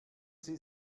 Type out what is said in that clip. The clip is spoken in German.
sie